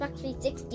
360